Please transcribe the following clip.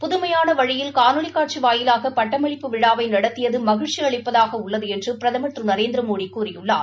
புதுமையான வழியில் காணோலி காட்சி வயிலாக பட்டமளிப்பு விழாவை நடத்தியது மகிழ்ச்சி அளிப்பதாக உள்ளது என்று பிரதமர் திரு நரேந்திரமோடி கூறியுள்ளார்